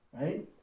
right